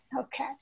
Okay